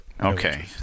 okay